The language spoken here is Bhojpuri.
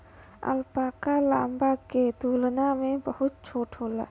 अल्पाका, लामा के तुलना में बहुत छोट होला